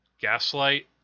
Gaslight